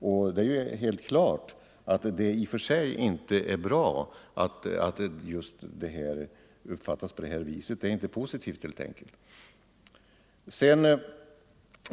Och det är klart att det i och för sig inte är bra att man uppfattar saken så; det är inte positivt.